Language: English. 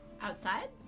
Outside